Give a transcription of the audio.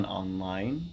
online